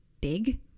big